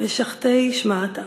משכתיה שמעתא.